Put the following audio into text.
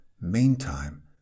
Meantime